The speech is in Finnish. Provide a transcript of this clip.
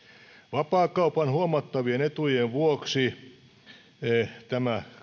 vapaakaupan huomattavien etujen vuoksi tämä